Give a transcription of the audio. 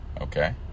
Okay